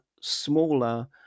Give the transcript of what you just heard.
smaller